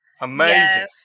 Amazing